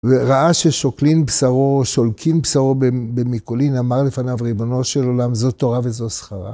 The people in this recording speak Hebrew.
וראה ששוקלים בשרו, שולקים בשרו במקולין, אמר לפניו ריבונו של עולם, זו תורה וזו סחרה.